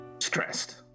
Stressed